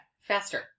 faster